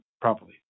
properly